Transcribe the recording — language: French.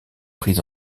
pris